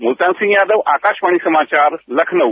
मुल्तान सिंह यादव आकाशवाणी समाचार लखनऊ